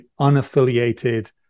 unaffiliated